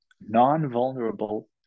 non-vulnerable